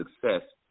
success